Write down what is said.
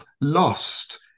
lost